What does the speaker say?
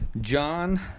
john